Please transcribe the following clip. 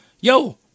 Yo